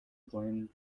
playing